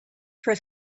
for